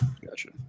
Gotcha